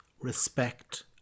respect